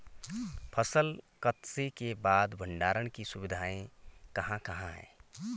फसल कत्सी के बाद भंडारण की सुविधाएं कहाँ कहाँ हैं?